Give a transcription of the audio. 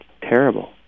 Terrible